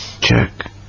check